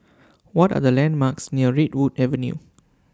What Are The landmarks near Redwood Avenue